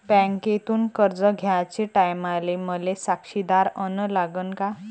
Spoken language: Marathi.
बँकेतून कर्ज घ्याचे टायमाले मले साक्षीदार अन लागन का?